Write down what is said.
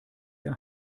ihr